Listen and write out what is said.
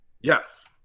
Yes